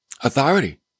authority